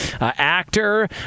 actor